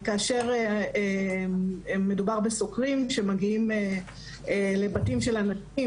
כאשר מדובר בסוקרים אז אלו סוקרים שמגיעים לבתים של אנשים,